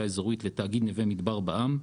האזורית לתאגיד נווה מדבר בע"מ (להלן,